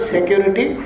Security